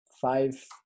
five